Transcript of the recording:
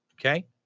Okay